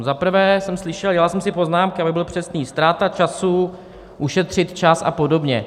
Za prvé jsem slyšel dělal jsem si poznámky, abych byl přesný: ztráta času, ušetřit čas a podobně.